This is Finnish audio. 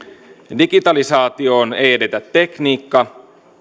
digitalisaatioon ei edetä tekniikka